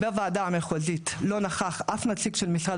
בוועדה המחוזית לא נכח אף נציג של משרד